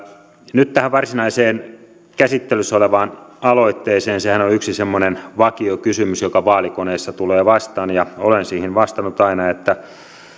nyt tähän varsinaiseen käsittelyssä olevaan aloitteeseen tämähän on yksi semmoinen vakiokysymys joka vaalikoneessa tulee vastaan ja olen siihen vastannut aina että